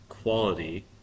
quality